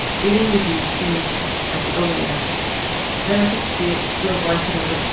being with you seemed like the only answer then i could see it, throw blanket over it,